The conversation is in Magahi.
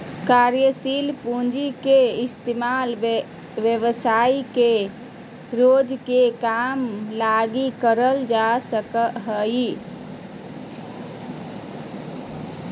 कार्यशील पूँजी के इस्तेमाल व्यवसाय के रोज के काम लगी करल जा हय